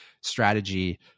strategy